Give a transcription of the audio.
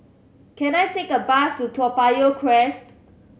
can I take a bus to Toa Payoh Crest